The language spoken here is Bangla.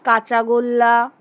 কাঁচাগোল্লা